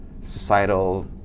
societal